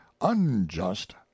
unjust